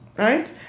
right